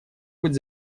быть